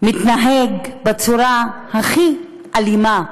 מתנהג בצורה הכי אלימה,